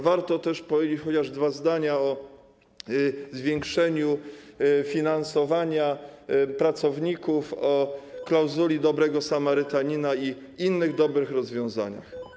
Warto też powiedzieć chociaż dwa zdania o zwiększeniu finansowania pracowników, o klauzuli dobrego samarytanina i innych dobrych rozwiązaniach.